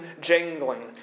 jangling